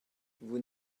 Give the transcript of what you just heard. vous